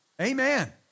Amen